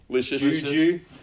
Juju